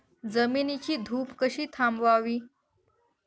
जमिनीची धूप कशी थांबवावी?